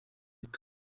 bito